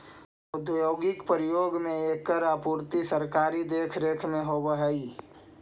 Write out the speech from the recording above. औद्योगिक प्रयोग में एकर आपूर्ति सरकारी देखरेख में होवऽ हइ